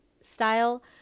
style